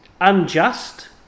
unjust